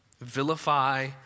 vilify